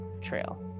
trail